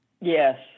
Yes